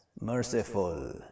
merciful